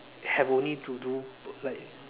have only to do like